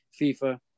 FIFA